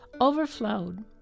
overflowed